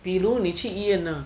比如你去医院啦